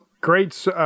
Great